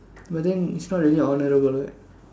but then it's not really honorable what